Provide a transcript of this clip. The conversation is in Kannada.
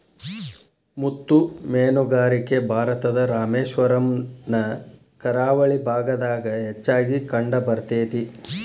ಮುತ್ತು ಮೇನುಗಾರಿಕೆ ಭಾರತದ ರಾಮೇಶ್ವರಮ್ ನ ಕರಾವಳಿ ಭಾಗದಾಗ ಹೆಚ್ಚಾಗಿ ಕಂಡಬರ್ತೇತಿ